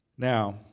Now